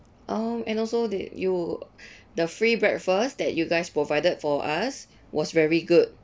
um and also the you the free breakfast that you guys provided for us was very good